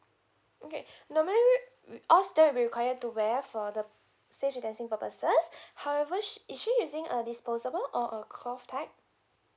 okay no matter we all student will be required to wear for the safe distancing purposes however she she is she using a disposable or a cloth type